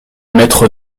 maître